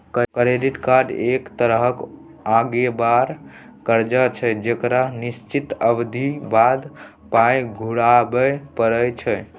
credit card एक तरहक अगोबार करजा छै जकरा निश्चित अबधी बाद पाइ घुराबे परय छै